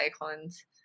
icons